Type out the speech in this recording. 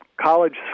college